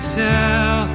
tell